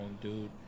dude